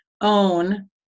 own